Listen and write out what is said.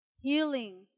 healing